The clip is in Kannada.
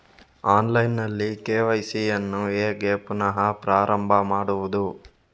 ಆನ್ಲೈನ್ ನಲ್ಲಿ ಕೆ.ವೈ.ಸಿ ಯನ್ನು ಹೇಗೆ ಪುನಃ ಪ್ರಾರಂಭ ಮಾಡುವುದು?